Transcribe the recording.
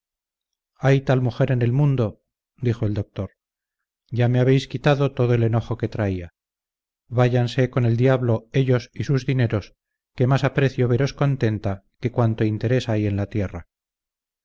hay tal mujer en el mundo dijo el doctor ya me habéis quitado todo el enojo que traía váyanse con el diablo ellos y sus dineros que más aprecio veros contenta que cuanto interés hay en la tierra